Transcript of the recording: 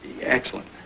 Excellent